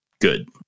good